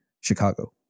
Chicago